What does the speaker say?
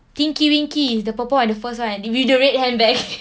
tinky-winky is the purple one the first one with the red handbag